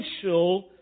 essential